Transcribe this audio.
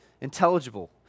Intelligible